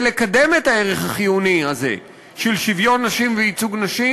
לקדם את הערך החיוני הזה של שוויון נשים וייצוג נשים,